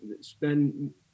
spend